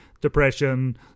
depression